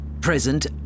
present